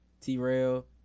T-Rail